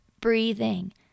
breathing